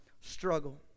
struggle